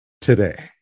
today